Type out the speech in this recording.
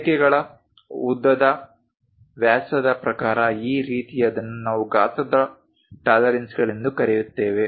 ರೇಖೆಗಳ ಉದ್ದದ ವ್ಯಾಸದ ಪ್ರಕಾರ ಆ ರೀತಿಯದನ್ನು ನಾವು ಗಾತ್ರದ ಟಾಲರೆನ್ಸ್ಗಳೆಂದು ಕರೆಯುತ್ತೇವೆ